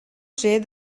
ser